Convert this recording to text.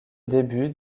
début